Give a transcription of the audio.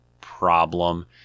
problem